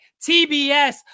TBS